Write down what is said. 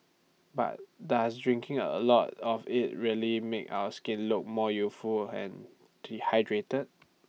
but does drinking A lot of IT really make our skin look more youthful and dehydrated